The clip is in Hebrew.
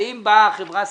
האם באה החברה הסינית,